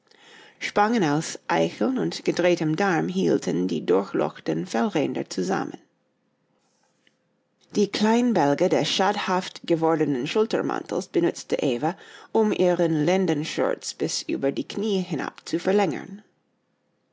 spangen aus eicheln und gedrehtem darm hielten die durchlochten fellränder zusammen die kleinbälge des schadhaft gewordenen schultermantels benützte eva um ihren lendenschurz bis über die knie hinab zu verlängern